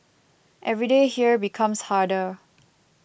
every day here becomes harder